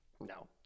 No